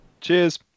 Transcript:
cheers